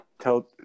tell